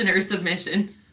submission